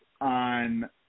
on